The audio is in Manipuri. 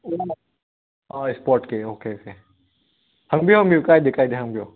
ꯑꯣ ꯁ꯭ꯄꯣꯔꯠꯀꯤ ꯑꯣꯀꯦ ꯑꯣꯀꯦ ꯍꯪꯕꯤꯌꯨ ꯍꯪꯕꯨꯌꯨ ꯀꯥꯏꯗꯦ ꯀꯥꯏꯗꯦ ꯍꯪꯕꯤꯌꯨ